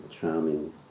charming